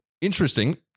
Interesting